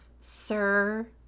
sir